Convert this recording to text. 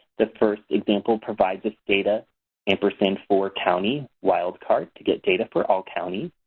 the first example provides us data ampersand for county wildcard to get data for all counties.